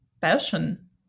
passion